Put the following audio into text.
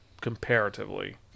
comparatively